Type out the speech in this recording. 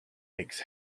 makes